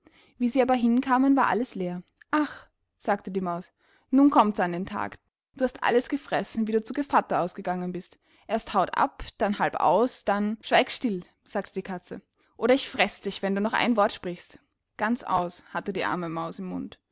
wie sie aber hinkamen war alles leer ach sagte die maus nun kommts an den tag du hast alles gefressen wie du zu gevatter ausgegangen bist erst haut ab dann halb aus dann schweig still sagte die katze oder ich freß dich wenn du noch ein wort sprichst ganz aus hatte die arme maus im mund